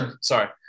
sorry